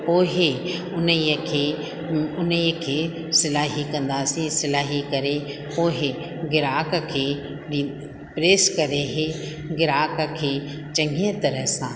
पोइ उन खे उन खे सिलाई कंदासीं सिलाई करे पोइ ग्राहक खे डी प्रेस करे इहे ग्राहक खे चङे तरह सां